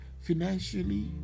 financially